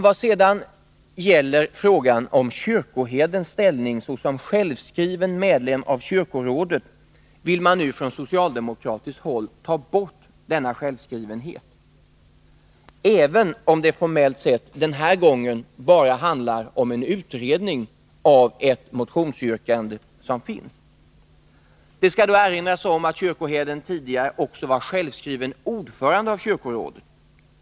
I vad sedan gäller frågan om kyrkoherdens ställning såsom självskriven medlem av kyrkorådet vill man nu från socialdemokratiskt håll ta bort denna självskrivenhet, även om det formellt sett denna gång bara handlar om en utredning av ett föreliggande motionsyrkande. Det skall då erinras om att kyrkoherden tidigare också var självskriven ordförande i kyrkorådet.